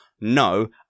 no